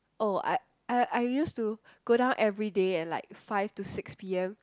oh I I I used go down everyday at like five to six P_M